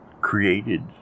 created